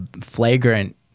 flagrant